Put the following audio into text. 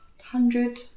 hundred